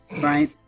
right